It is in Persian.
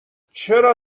چرا